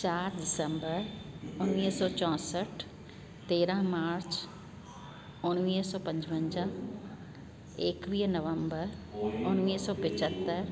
चारि डिसंबर उणिवीह सौ चोहठि तेरह मार्च उणिवीह सौ पंजवंजाहु एकवीह नवंबर उणिवीह सौ पंजहतरि